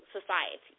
society